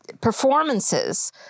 performances